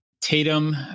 Tatum